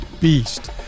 beast